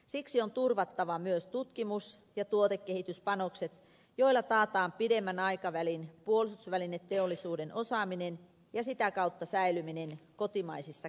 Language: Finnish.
siksi on turvattava myös tutkimus ja tuotekehityspanokset joilla taataan pidemmän aikavälin puolustusvälineteollisuuden osaaminen ja sitä kautta säilyminen kotimaisissa käsissä